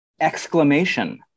Exclamation